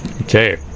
Okay